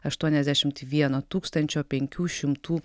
aštuoniasdešimt vieno tūkstančio penkių šimtų